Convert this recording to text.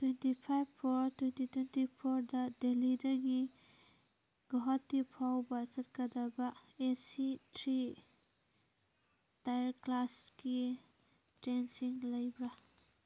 twenty five four twenty twenty ꯐꯣꯔꯗ ꯗꯦꯜꯂꯤꯗꯒꯤ ꯒꯨꯍꯥꯇꯤ ꯐꯥꯎꯕ ꯑꯦ ꯁꯤ ꯊ꯭ꯔꯤ ꯇꯥꯌꯔ ꯀ꯭ꯂꯥꯁꯀꯤ ꯇ꯭ꯔꯦꯟꯁꯤꯡ ꯂꯩꯕ꯭ꯔꯥ